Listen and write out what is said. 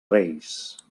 reis